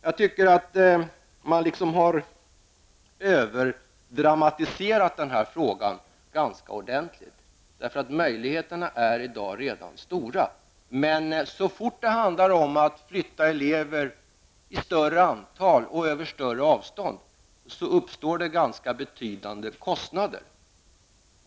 Jag tycker att man har överdramatiserat den här frågan ganska ordentligt. Möjligheterna är i dag redan stora. Men så fort det handlar om att flytta elever i större antal och över större avstånd uppstår det ganska betydande kostnader.